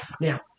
Now